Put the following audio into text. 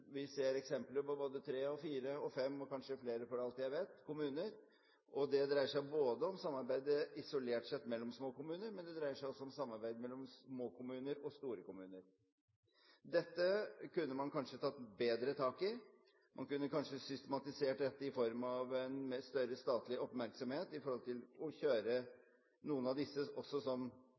vi ser eksempler på både tre, fire, fem, og kanskje flere, kommuner, for alt jeg vet. Det dreier seg både om samarbeidet isolert sett mellom små kommuner, og det dreier seg om samarbeidet mellom små kommuner og store kommuner. Dette kunne man kanskje tatt bedre tak i: Man kunne kanskje systematisert det i form av større statlig oppmerksomhet ved å kjøre noen av disse også som